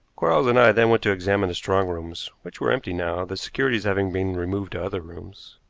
quarles and i then went to examine the strong-rooms, which were empty now, the securities having been removed to other rooms.